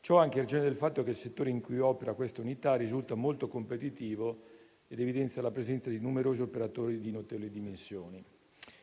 Ciò anche in ragione del fatto che il settore in cui questa unità opera risulta molto competitivo ed evidenzia la presenza di numerosi operatori di notevoli dimensioni.